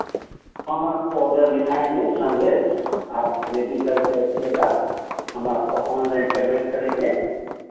हम आपको ऑर्डर लिखाएँगे समझे आप रेडी करके रखिएगा हम आपको ऑनलाइन पेमेंट करेंगे